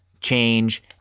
change